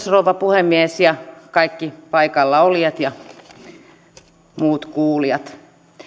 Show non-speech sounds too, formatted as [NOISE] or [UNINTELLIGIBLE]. [UNINTELLIGIBLE] rouva puhemies kaikki paikalla olijat ja muut kuulijat